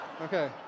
okay